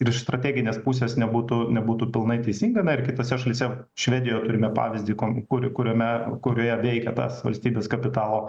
iš strateginės pusės nebūtų nebūtų pilnai teisinga na ir kitose šalyse švedijoje turim pavyzdį kon kuri kuriame kurioje veikia tas valstybės kapitalo